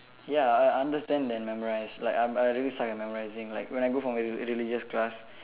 ya I understand then memorise like I'm I really suck at memorising like when I go for my re~ religious class